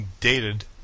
dated